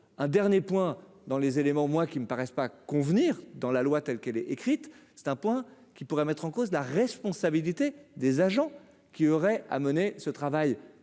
un dernier point dans les éléments, moi qui me paraissent pas convenir dans la loi telle qu'elle est écrite c'est un point qui pourrait mettre en cause la responsabilité des agents qui aurait mener ce travail